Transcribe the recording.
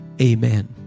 Amen